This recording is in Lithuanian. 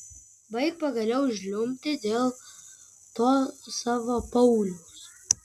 baik pagaliau žliumbti dėl to savo pauliaus